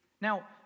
Now